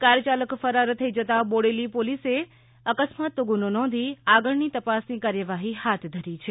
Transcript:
car ચાલક ફરાર થઈ જતાં બોડેલી પોલીસે અકસ્માતનો ગુનો નોંધી આગાળની તપાસની કાર્યવાહી હાથ ધરી છે